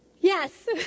Yes